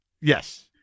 Yes